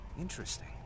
Interesting